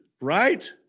right